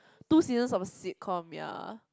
two seasons of sitcom ya